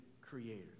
Creator